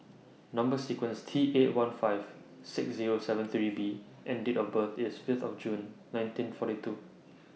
Number sequence T eight one five six Zero seven three B and Date of birth IS Fifth of June nineteen forty two